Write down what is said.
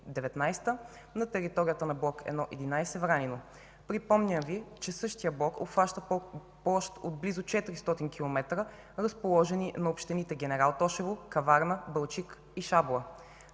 на територията на Блок „1-11 Вранино”. Припомням Ви, че същият блок обхваща площ от близо 400 км, разположени на общините Генерал Тошево, Каварна, Балчик и Шабла.